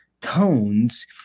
tones